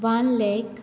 one lakh